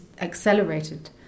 accelerated